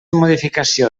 modificació